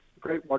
great